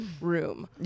room